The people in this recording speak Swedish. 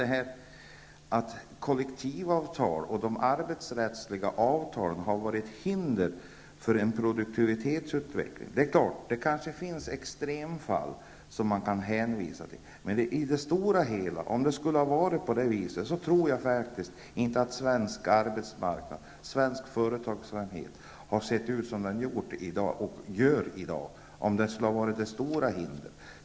Det sägs att kollektivavtal och de arbetsrättsliga avtalen har varit hinder för en produktivitetsutveckling. Det kanske finns extremfall som man kan hänvisa till, men om det skulle ha varit så i det stora hela, om detta skulle ha varit det stora hindret, så tror jag inte att svensk arbetsmarknad och svensk företagsamhet hade sett ut som de gjort och gör i dag.